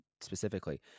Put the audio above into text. specifically